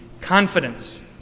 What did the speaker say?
confidence